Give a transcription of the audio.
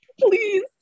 Please